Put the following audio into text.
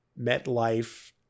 MetLife